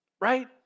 right